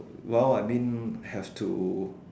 well I mean have to